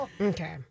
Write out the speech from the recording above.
Okay